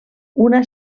una